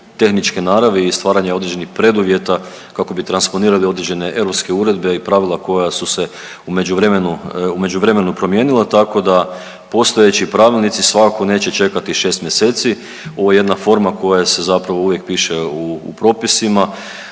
tehničke naravi i stvaranje određenih preduvjeta kako bi transponirali određene europske uredbe i pravila koja su se u međuvremenu promijenila tako da postojeći pravilnici svakako neće čekati šest mjeseci. Ovo je jedna forma koja se zapravo uvijek piše u propisima.